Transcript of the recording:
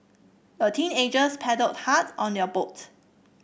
the teenagers paddled hard on their boat